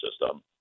system